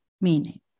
meaning